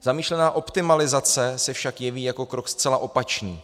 Zamýšlená optimalizace se však jeví jako krok zcela opačný.